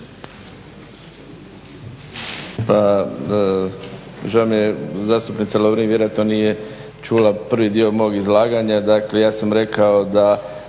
Hvala vam